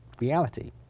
reality